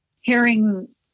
hearing